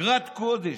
אגרת גודש,